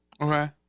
Okay